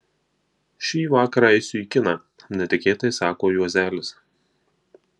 šį vakarą eisiu į kiną netikėtai sako juozelis